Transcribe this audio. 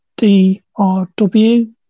DRW